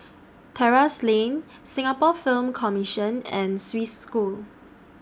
Terrasse Lane Singapore Film Commission and Swiss School